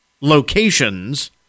locations